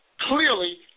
clearly